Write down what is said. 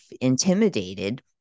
intimidated